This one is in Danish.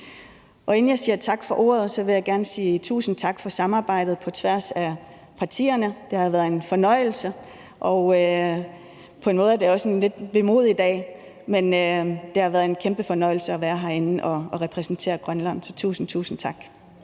Inden jeg siger tak for ordet, vil jeg gerne sige tusind tak for samarbejdet på tværs af partierne. Det har været en fornøjelse. På en måde er det også en lidt vemodig dag, men det har været en kæmpe fornøjelse at være herinde og repræsentere Grønland, så tusind, tusind tak.